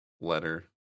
letter